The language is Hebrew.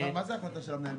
מה זה החלטה של המנהל?